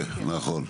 יפה, נכון.